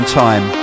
time